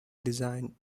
design